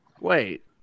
wait